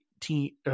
team